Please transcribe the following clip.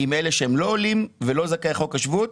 עם אלה שהם לא עולים ולא זכאי חוק השבות,